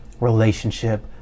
relationship